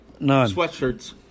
Sweatshirts